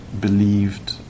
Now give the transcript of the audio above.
believed